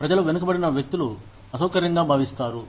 ప్రజలు వెనుకబడిన వ్యక్తులు అసౌకర్యంగా భావిస్తారు